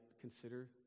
consider